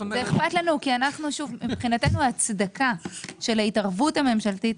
זה אכפת לנו כי אנחנו שוב מבחינתנו הצדקה של ההתערבות הממשלתית.